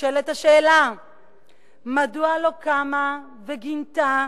נשאלת השאלה מדוע לא קמה וגינתה